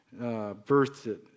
birthed